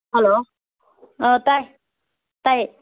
hello ꯑ ꯇꯥꯏ ꯇꯥꯏꯑꯦ